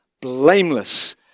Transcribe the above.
blameless